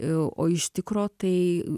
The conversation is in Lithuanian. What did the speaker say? o iš tikro tai